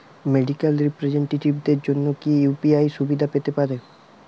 Medical রিপ্রেজন্টেটিভদের জন্য কি ইউ.পি.আই সুবিধা পেতে পারে?